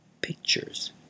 Pictures